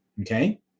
Okay